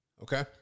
Okay